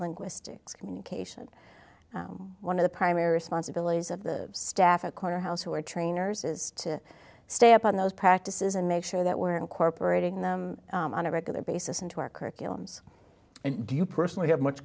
linguistics communication one of the primary responsibilities of the staff a corner house who are trainers is to stay up on those practices and make sure that we're incorporating them on a regular basis into our curriculums and do you personally have much